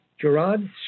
Gerard